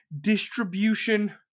distribution